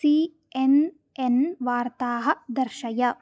C N N वार्ताः दर्शय